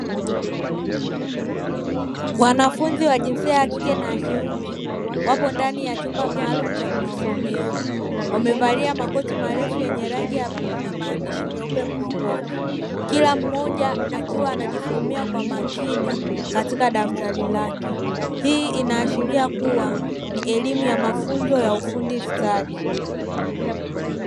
Wanafunzi wa jinsia ya kike na ya kiume, wapo ndani ya chumba maalumu cha kujisomea. Wamevalia makoti marefu yenye rangi ya bluu na maandishi meupe mgongoni, kila mmoja akiwa anajisomea kwa makini katika daftari lake. Hii inaashiria kuwa ni elimu ya mafunzo ya ufundi stadi.